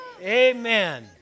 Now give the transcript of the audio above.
Amen